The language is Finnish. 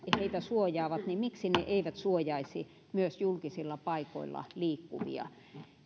heitä suojaavat niin miksi ne eivät suojaisi myös julkisilla paikoilla liikkuvia